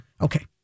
Okay